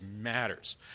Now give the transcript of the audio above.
matters